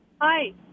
Hi